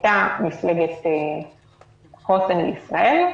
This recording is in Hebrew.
הייתה מפלגת חוסן לישראל,